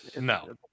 No